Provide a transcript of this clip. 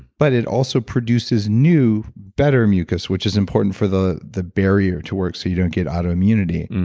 but it also produces new, better mucus, which is important for the the barrier to work so you don't get autoimmunity.